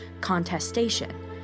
contestation